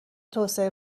توسعه